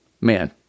man